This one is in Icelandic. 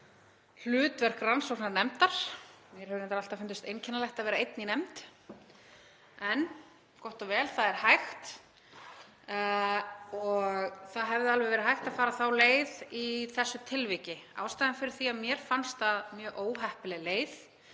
hlutverk rannsóknarnefndar. Mér hefur reyndar alltaf fundist einkennilegt að vera einn í nefnd, en gott og vel. Það er hægt og hefði alveg verið hægt að fara þá leið í þessu tilviki. Ástæðan fyrir því að mér fannst það mjög óheppileg leið